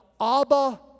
Abba